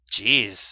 Jeez